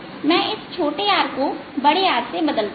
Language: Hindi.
मैं इस छोटे r को बड़े R से बदलता हूं